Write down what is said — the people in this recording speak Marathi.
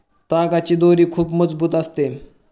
तागाची दोरी खूप मजबूत असते